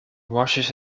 washes